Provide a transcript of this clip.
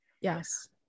Yes